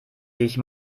dich